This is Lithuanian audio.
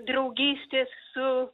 draugystės su